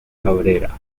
cabrera